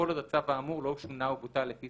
כל עוד הצו האמור לא שונה או בוטל לפי